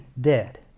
dead